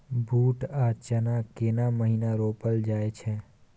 बूट आ चना केना महिना रोपल जाय छै?